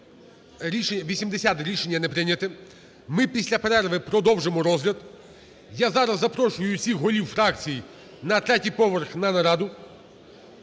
80, рішення не прийняте. Ми після перерви продовжимо розгляд. Я зараз запрошую усіх голів фракцій на третій поверх на нараду.